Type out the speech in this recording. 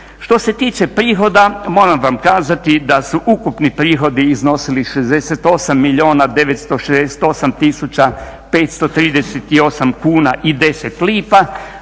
Što se tiče prihoda moram vam kazati da su ukupni prihodi iznosili 68 milijuna 968 tisuća